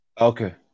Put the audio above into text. Okay